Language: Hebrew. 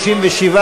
איתן ברושי,